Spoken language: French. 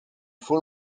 faut